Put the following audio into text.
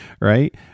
right